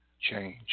change